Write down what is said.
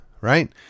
right